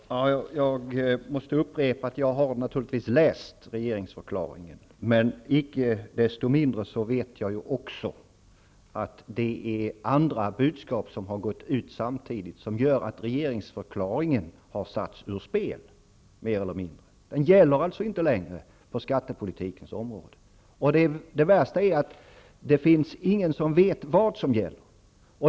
Fru talman! Jag måste upprepa att jag naturligtvis har läst regeringsförklaringen, men icke desto mindre vet jag också att det finns andra budskap som har gått ut samtidigt. Det gör att regeringsförklaringen mer eller mindre har satts ur spel. Den gäller alltså inte längre på skattepolitikens område. Det värsta är att det inte finns någon som vet vad som gäller.